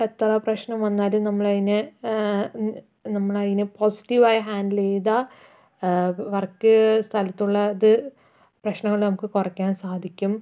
എത്ര പ്രശ്നം വന്നാലും നമ്മൾ അതിനെ നമ്മൾ അതിനെ പോസിറ്റീവ് ആയി ഹാൻഡിൽ ചെയ്താൽ വർക്ക് സ്ഥലത്തുള്ളത് പ്രശ്നം വന്നാൽ നമുക്ക് കുറയ്ക്കാൻ സാധിക്കും